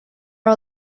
are